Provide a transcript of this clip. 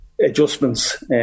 adjustments